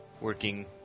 working